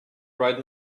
right